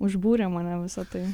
užbūrė mane visa tai